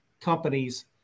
companies